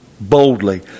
boldly